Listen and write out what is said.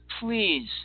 please